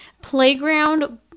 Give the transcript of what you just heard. Playground